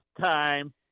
time